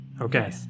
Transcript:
Okay